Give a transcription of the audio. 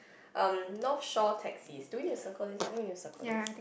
um North Shore taxis do we need to circle this I think we need to circle this